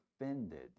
offended